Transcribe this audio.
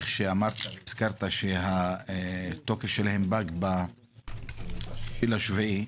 איך שהזכרת שהתוקף שלהם פג ב-6.7,